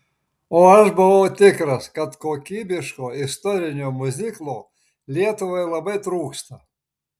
o aš buvau tikras kad kokybiško istorinio miuziklo lietuvai labai trūksta